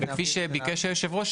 וכפי שביקש יושב הראש,